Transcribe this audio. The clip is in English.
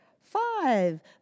five